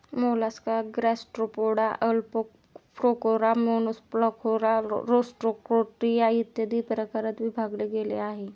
Mollusca Gastropoda, Aplacophora, Monoplacophora, Rostroconchia, इत्यादी प्रकारात विभागले गेले आहे